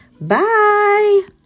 Bye